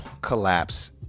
collapse